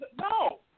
No